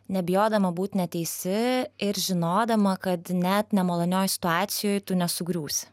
nebijodama būt neteisi ir žinodama kad net nemalonioj situacijoj tu nesugriūsi